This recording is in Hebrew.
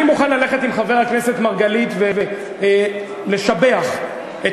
אני מוכן ללכת עם חבר הכנסת מרגלית ולשבח את